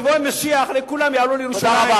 כשיבוא המשיח כולם יעלו לירושלים,